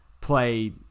play